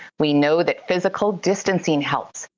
we know that physical distancing helps.